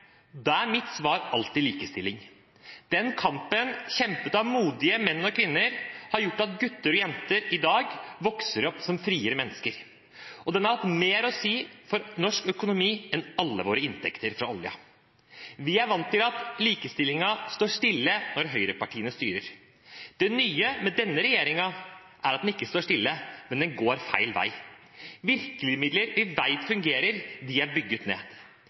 Da er mitt svar alltid: likestilling. Den kampen, kjempet av modige menn og kvinner, har gjort at gutter og jenter i dag vokser opp som friere mennesker, og den har hatt mer å si for norsk økonomi enn alle våre inntekter fra oljen. Vi er vant til at likestillingen står stille når høyrepartiene styrer. Det nye med denne regjeringen er at den ikke står stille, men den går feil vei. Virkemidler vi vet fungerer, er bygd ned.